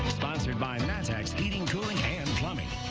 sponsored by mattex heating, cooling, and plumbing.